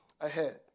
ahead